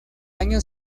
año